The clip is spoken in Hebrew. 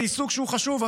זה עיסוק שהוא חשוב,